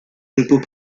repos